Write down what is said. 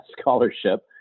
scholarship